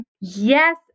Yes